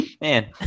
man